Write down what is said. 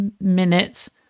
minutes